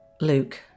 Luke